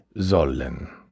sollen